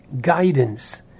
guidance